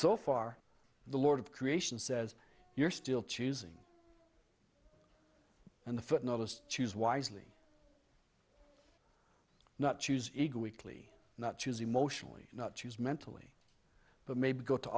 so far the lord of creation says you're still choosing and the foot noticed choose wisely not choose eager weakly not choose emotionally not choose mentally but maybe go to